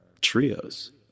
trios